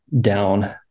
down